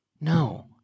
No